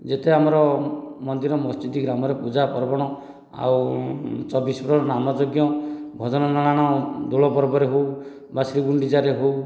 ଯେତେ ଆମର ମନ୍ଦିର ମସଜିଦି ଗ୍ରାମରେ ପୂଜା ପର୍ବଣ ଆଉ ଚବିଶ ପ୍ରକାର ନାମଯଜ୍ଞ ଭଜନ ଜଣାଣ ଦୋଳ ପର୍ବରେ ହେଉ ବା ଶ୍ରୀ ଗୁଣ୍ଡିଚାରେ ହେଉ